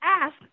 ask